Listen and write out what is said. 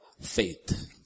faith